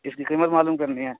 اس کی قیمت معلوم کرنی ہے